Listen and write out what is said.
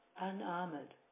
Unarmored